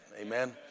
Amen